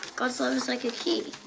god's love is like a key.